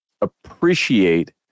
appreciate